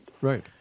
Right